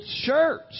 church